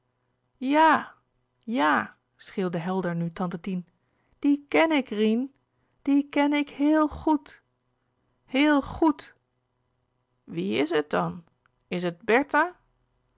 ja ja schreeuwde helder nu tante tien die ken ik rien die ken ik heel goed heel goed wie is het dan is het bertha